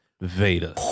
Vader